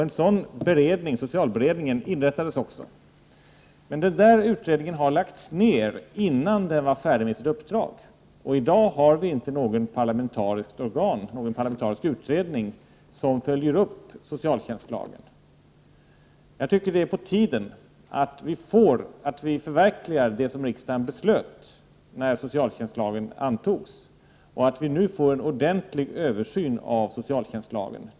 En sådan, socialberedningen, inrättades också, men den lades ner innan den var färdig med sitt uppdrag, och i dag har vi inget parlamentariskt organ eller någon utredning som följer upp socialtjänstlagen. Jag tycker det är på tiden att vi förverkligar det som riksdagen beslöt när socialtjänstlagen antogs och att vi nu får en ordentlig översyn av socialtjänstlagen.